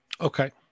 Okay